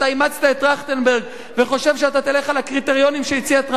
טרכטנברג וחושב שאתה תלך על הקריטריונים שהציע טרכטנברג,